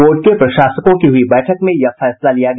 board के प्रशासकों की हुयी बैठक में यह फैसला लिया गया